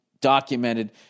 documented